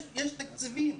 יש תקציבים.